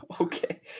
Okay